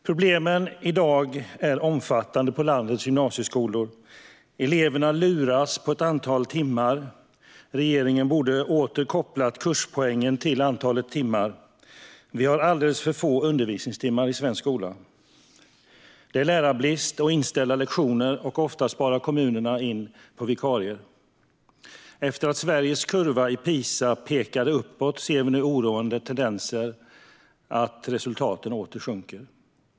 Problemen är i dag omfattande på landets gymnasieskolor. Eleverna luras på ett antal timmar. Regeringen borde åter ha kopplat kurspoängen till antalet timmar. Vi har alldeles för få undervisningstimmar i svensk skola. Det är lärarbrist och inställda lektioner, och ofta sparar kommunerna in på vikarier. Efter att Sveriges kurva i PISA pekade uppåt ser vi nu oroande tendenser till att resultaten åter sjunker.